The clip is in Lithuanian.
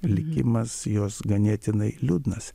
likimas jos ganėtinai liūdnas